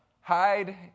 hide